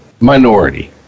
minority